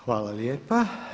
Hvala lijepa.